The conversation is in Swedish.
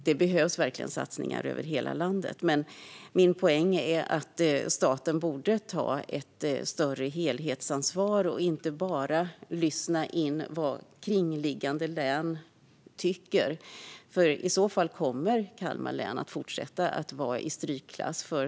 Det behövs verkligen satsningar över hela landet, men min poäng är att staten borde ta ett större helhetsansvar och inte bara lyssna in vad kringliggande län tycker. I så fall kommer Kalmar län att fortsätta att vara i strykklass.